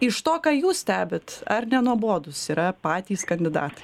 iš to ką jūs stebit ar nenuobodūs yra patys kandidatai